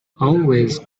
always